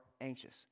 anxious